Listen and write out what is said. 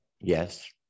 Yes